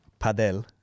Padel